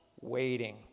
Waiting